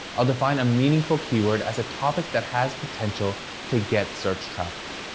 i'll define a meaningful keyword as a topic that has potential to get search traffic.